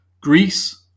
Greece